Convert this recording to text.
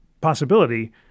possibility